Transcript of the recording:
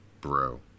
bro